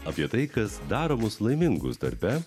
apie tai kas daro mus laimingus darbe